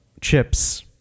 chips